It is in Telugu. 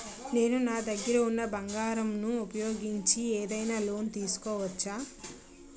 నేను నా దగ్గర ఉన్న బంగారం ను ఉపయోగించి ఏదైనా లోన్ తీసుకోవచ్చా?